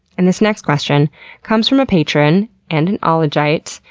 and this next question comes from a patron, and an ah ologite,